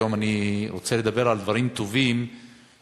היום אני רוצה לדבר על דברים טובים שקרו